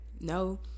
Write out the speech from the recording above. No